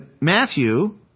Matthew